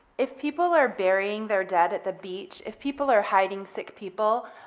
if people are burying their dead at the beach, if people are hiding sick people,